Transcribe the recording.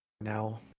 now